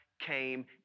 came